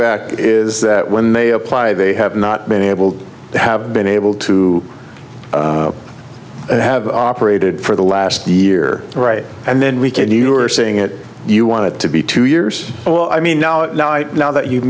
back is when they apply they have not been able to have been able to have operated for the last year right and then we can you are saying it you want it to be two years well i mean now at night now that you